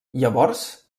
llavors